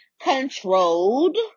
controlled